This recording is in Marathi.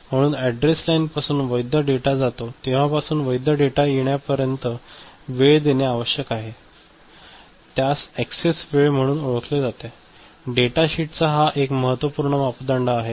म्हणून अॅड्रेस लाईनपासून वैध डेटा जातो तेव्हापासून वैध डेटा येण्यापर्यंत वेळ देणे आवश्यक असते त्यास ऍक्सेस वेळ म्हणून ओळखले जाते डेटा शीटचा हा एक महत्त्वपूर्ण मापदंड आहे